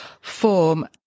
form